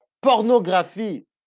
pornographie